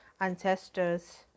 ancestors